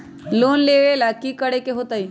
Loan लेवेला की करेके होतई?